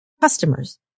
customers